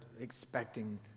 expecting